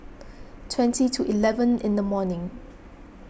twenty to eleven in the morning